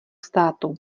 státu